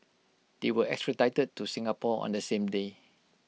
they were extradited to Singapore on the same day